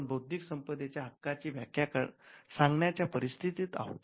आपण बौद्धिक संपदेच्या हक्कांची व्याख्या सांगण्याच्या परिस्थितीत आहोत